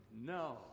No